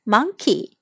Monkey